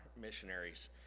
missionaries